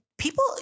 People